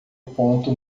ponto